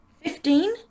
Fifteen